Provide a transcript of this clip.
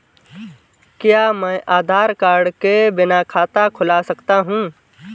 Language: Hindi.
क्या मैं आधार कार्ड के बिना खाता खुला सकता हूं?